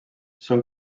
són